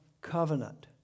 covenant